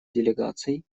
делегаций